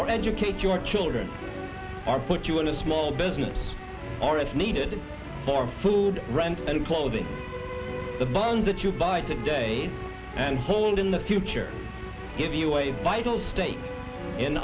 or educate your children or put you in a small business or as needed for food rent and clothing the bond that you buy today and hold in the future give you a vital stake in